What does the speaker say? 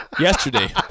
Yesterday